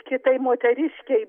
kitai moteriškei